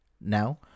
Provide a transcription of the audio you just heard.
Now